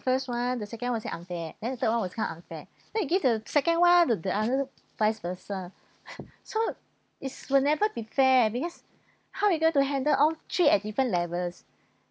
first [one] the second will say unfair then the third [one] will tells unfair then you give the second [one] the the other vice versa so it's will never be fair because how you going to handle all three at different levels